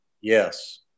Yes